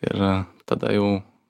ir tada jau